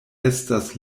estas